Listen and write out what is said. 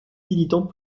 militant